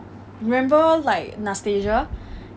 oh remember like anastasia